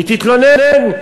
היא תתלונן.